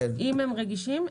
אם הם רגישים,